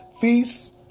Feasts